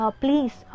please